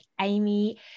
Amy